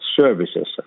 services